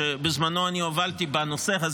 שבזמנו הובלתי בנושא הזה.